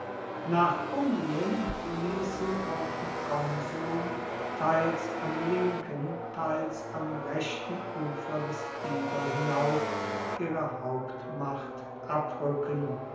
nach umbrien liessen auch die konsuln teils am linken teils am rechten ufer des tiber hinauf ihre hauptmacht abruecken